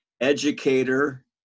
educator